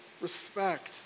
respect